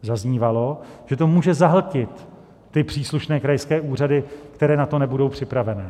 Zaznívalo, že to může zahltit příslušné krajské úřady, které na to nebudou připraveny.